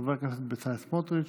חבר הכנסת בצלאל סמוטריץ'.